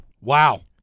Wow